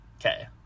okay